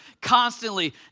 constantly